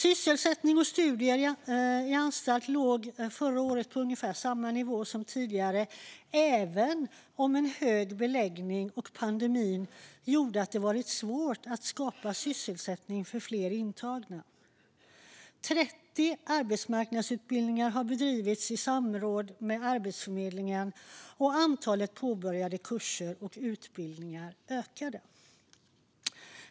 Sysselsättning och studier på anstalt låg förra året på ungefär samma nivå som tidigare, även om hög beläggning och pandemi gjorde det svårt att skapa sysselsättning för fler intagna. Det bedrevs 30 arbetsmarknadsutbildningar i samråd med Arbetsförmedlingen, och antalet påbörjade kurser och utbildningar ökade.